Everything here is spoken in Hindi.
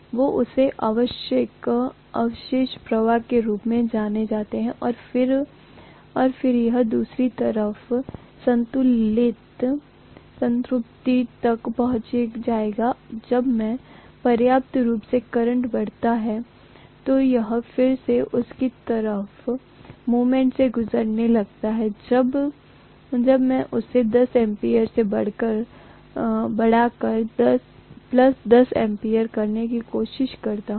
तो इसे अवशेष प्रवाह के रूप में जाना जाता है और फिर यह दूसरी तरफ संतृप्ति तक पहुंच जाएगा जब मैं पर्याप्त रूप से करंट बढ़ाता हूं तो यह फिर से उसी तरह के मूवमेंट से गुजरने लगता है जब मैं इसे 10 एम्पीयर से बढ़ाकर 10 एम्पीयर करने की कोशिश करता हूं